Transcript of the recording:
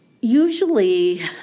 usually